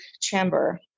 chamber